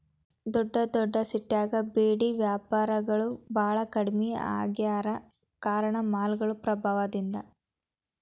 ದೊಡ್ಡದೊಡ್ಡ ಸಿಟ್ಯಾಗ ಬೇಡಿ ವ್ಯಾಪಾರಿಗಳು ಬಾಳ ಕಡ್ಮಿ ಆಗ್ಯಾರ ಕಾರಣ ಮಾಲ್ಗಳು ಪ್ರಭಾವದಿಂದ